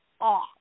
off